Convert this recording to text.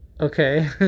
Okay